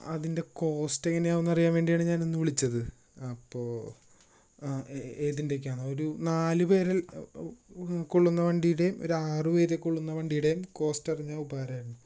അതിൻ്റെ കോസ്റ്റ് എങ്ങനെയാണ് എന്നറിയാൻ വേണ്ടിയാണ് ഞാൻ ഇന്ന് വിളിച്ചത് അപ്പോൾ ഏതിൻ്റെയൊക്കെ ആന്നോ ഒരു നാല് പേരെ കൊള്ളുന്ന വണ്ടിയുടെയും ഒരു ആറ് പേരെ കൊള്ളുന്ന വണ്ടിയുടെയും കോസ്റ്റ് അറിഞ്ഞാൽ ഉപകാരമായിരുന്നു